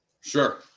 Sure